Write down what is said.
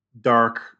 dark